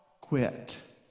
quit